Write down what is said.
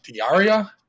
Diaria